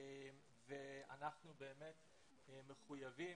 ואנחנו באמת מחויבים,